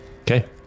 okay